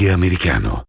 americano